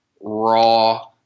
raw